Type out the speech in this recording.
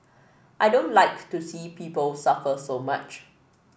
I don't like to see people suffer so much